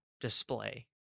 display